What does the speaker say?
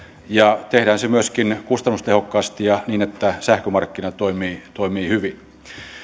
ja tehdään se myöskin kustannustehokkaasti ja niin että sähkömarkkinat toimivat hyvin